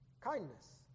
kindness